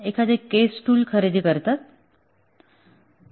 आणि आपण केस टूल खरेदी करता